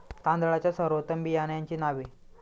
तांदळाच्या सर्वोत्तम बियाण्यांची नावे?